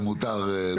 אם מותר,